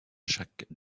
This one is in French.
jacques